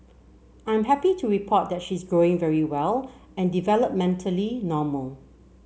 I'm happy to report that she's growing very well and developmentally normal